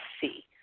see